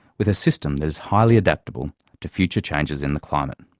with a system that is highly adaptable to future changes in the climate.